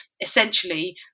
Essentially